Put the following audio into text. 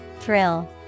Thrill